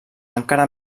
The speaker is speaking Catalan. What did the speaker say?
encara